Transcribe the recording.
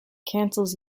cancels